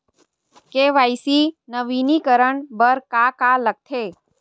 KYC नवीनीकरण बर का का लगथे?